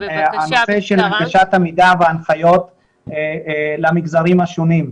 הנושא של הנגשת המידע וההנחיות למגזרים השונים.